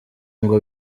ngo